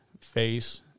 face